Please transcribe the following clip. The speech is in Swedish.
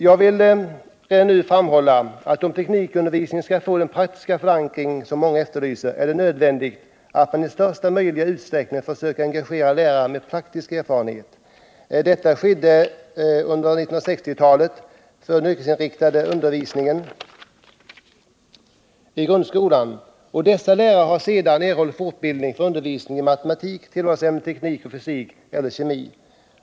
Jag vill redan nu framhålla att om teknikundervisningen skall få den praktiska förankring som många efterlyser är det nödvändigt att man i största möjliga utsträckning försöker engagera lärare med praktisk erfarenhet. Detta skedde under 1960-talet för den yrkesinriktade undervisningen i grundskolan. Dessa lärare har sedan erhållit fortbildning för undervisning i matematik, tillvalsämnet teknik och fysik eller kemi.